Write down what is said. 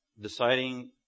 deciding